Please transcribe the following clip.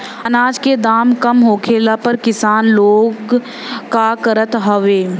अनाज क दाम कम होखले पर किसान लोग का करत हवे?